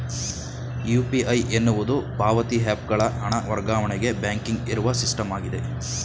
UPI ಎನ್ನುವುದು ಪಾವತಿ app ಗಳ ಹಣ ವರ್ಗಾವಣೆಗೆ ಬ್ಯಾಂಕಿಂಗ್ ಇರುವ ಸಿಸ್ಟಮ್ ಆಗಿದೆ